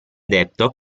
detto